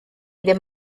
ddim